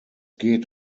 geht